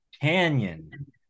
canyon